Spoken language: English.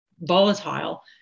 volatile